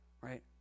Right